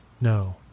no